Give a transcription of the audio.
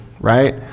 right